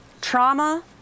trauma